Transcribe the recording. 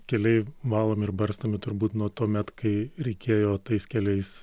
keliai valomi ir barstomi turbūt nuo tuomet kai reikėjo tais keliais